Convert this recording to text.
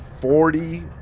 Forty